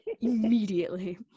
immediately